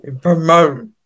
promote